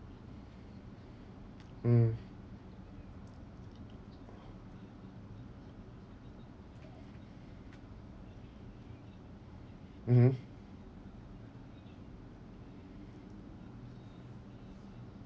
mm mmhmm